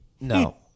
No